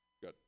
Good